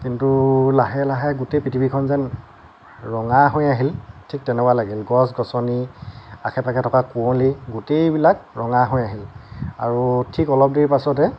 কিন্তু লাহে লাহে গোটেই পৃথিৱীখন যেন ৰঙা হৈ আহিল ঠিক তেনেকুৱা লাগিল গছ গছনি আশে পাশে থকা কুঁৱলী গোটেই বিলাক ৰঙা হৈ আহিল আৰু ঠিক অলপ দেৰিৰ পাছতে